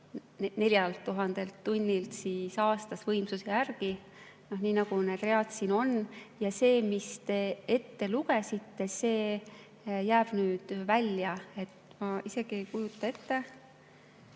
netomüügilt 4000 tunnilt aastas võimsuse järgi. Nii nagu need read siin on. Ja see, mis te ette lugesite, see jääb nüüd välja. Ma isegi ei kujuta ette,